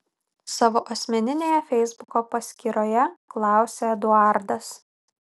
savo asmeninėje feisbuko paskyroje klausia eduardas